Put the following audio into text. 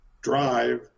drive